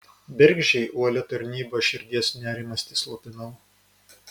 bergždžiai uolia tarnyba širdies nerimastį slopinau